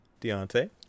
Deontay